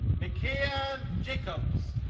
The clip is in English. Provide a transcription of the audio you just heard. mackaya jacobs.